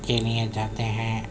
کے لیے جاتے ہیں